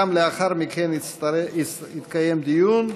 גם לאחר מכן יתקיים דיון.